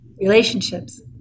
Relationships